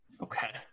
Okay